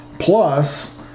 plus